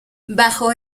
bajo